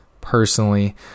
personally